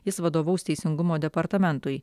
jis vadovaus teisingumo departamentui